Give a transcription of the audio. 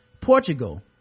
portugal